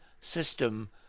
system